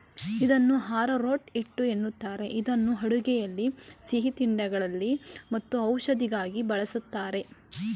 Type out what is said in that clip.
ಇದನ್ನು ಆರೋರೂಟ್ ಹಿಟ್ಟು ಏನಂತಾರೆ ಇದನ್ನು ಅಡುಗೆಯಲ್ಲಿ ಸಿಹಿತಿಂಡಿಗಳಲ್ಲಿ ಮತ್ತು ಔಷಧಿಗಾಗಿ ಬಳ್ಸತ್ತರೆ